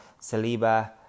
Saliba